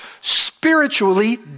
spiritually